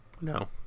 No